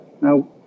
Now